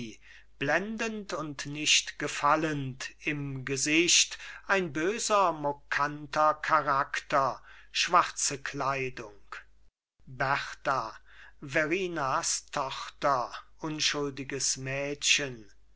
blendend und nicht gefallend im gesicht ein böser mokanter charakter schwarze kleidung berta verrinas tochter unschuldiges mädchen